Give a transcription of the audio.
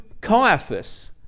Caiaphas